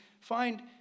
find